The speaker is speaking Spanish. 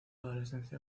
adolescencia